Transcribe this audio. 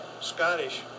Scottish